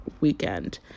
weekend